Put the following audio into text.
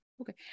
Okay